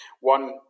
One